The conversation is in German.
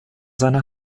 seiner